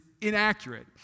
inaccurate